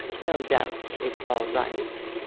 no doubt it's all right.